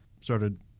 started